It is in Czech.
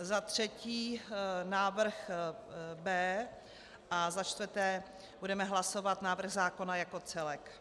Za třetí návrh B a za čtvrté budeme hlasovat návrh zákona jako celek.